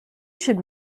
should